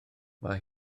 mae